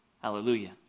Hallelujah